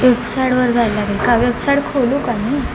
बेवसायडवर जाय लागेल का बेवसायड खोलू का मी